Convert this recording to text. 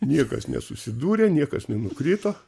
niekas nesusidūrė niekas nenukrito